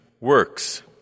works